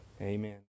Amen